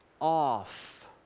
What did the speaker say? off